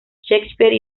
shakespeare